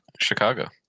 Chicago